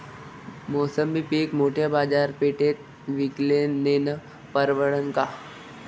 मोसंबी पीक मोठ्या बाजारपेठेत विकाले नेनं परवडन का?